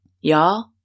y'all